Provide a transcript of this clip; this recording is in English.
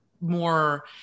more